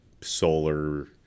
solar